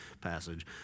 passage